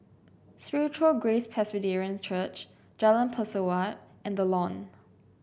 Spiritual Grace Presbyterian Church Jalan Pesawat and The Lawn